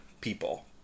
people